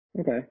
Okay